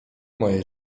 moje